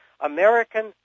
American